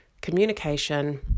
communication